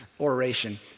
oration